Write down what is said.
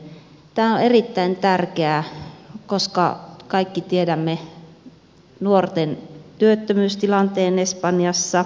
tämä on erittäin tärkeää koska kaikki tiedämme nuorten työttömyystilanteen espanjassa